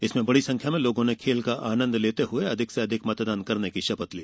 इसमें बड़ी संख्या में लोगों ने खेल का आनंद लेते हुए अधिक से अधिक मतदान करने की शपथ ली